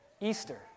Easter